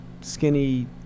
skinny